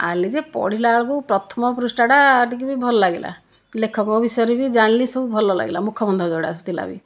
ଆଣିଲି ଯେ ପଢ଼ିଲା ବେଳକୁ ପ୍ରଥମ ପୃଷ୍ଠାଟା ଟିକିଏ ବି ଭଲ ଲାଗିଲା ଲେଖକଙ୍କ ବିଷୟରେ ବି ଜାଣିଲି ସବୁ ଭଲ ଲାଗିଲା ମୁଖବନ୍ଧ ଯେଉଁଥିଲା ବି